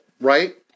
right